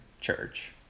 church